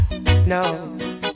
No